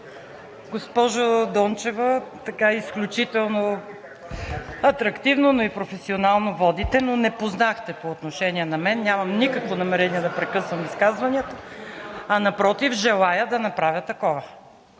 Госпожо Дончева, така изключително атрактивно, но и професионално водите, но не познахте по отношение на мен – нямам никакво намерение да прекъсвам изказванията, а напротив, желая да направя такова.